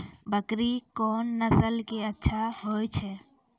बकरी कोन नस्ल के अच्छा होय छै?